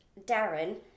Darren